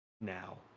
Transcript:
now